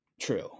true